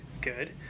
good